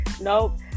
Nope